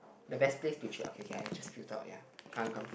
the best place to chill okay K K I just filter out ya come come come